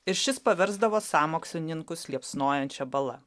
ir šis paversdavo sąmokslininkus liepsnojančia bala